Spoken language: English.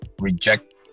Reject